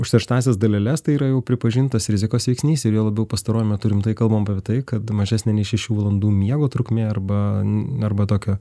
užterštąsias daleles tai yra jau pripažintas rizikos veiksnys ir juo labiau pastaruoju metu rimtai kalbam apie tai kad mažesnė nei šešių valandų miego trukmė arba arba tokio